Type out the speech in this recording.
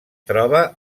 troba